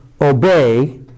obey